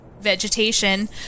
vegetation